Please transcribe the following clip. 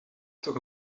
toch